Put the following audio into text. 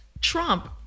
Trump